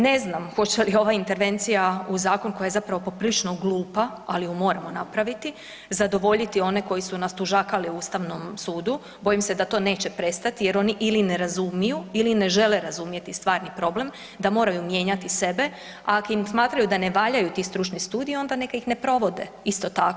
Ne znam hoće li ova intervencija u zakon koja je zapravo poprilična glupa ali ju moramo napraviti, zadovoljiti oni koji su nas tužakali Ustavnom sudu, bojim se da to neće prestati jer oni ili ne razumiju ili ne žele razumjeti stvarni problem da moraju mijenjati sebe a ako im da ne valjaju ti stručni studiji, onda neka ih ne provode, isto tako.